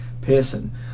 person